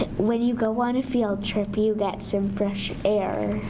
ah when you go on a field trip you get some fresh air,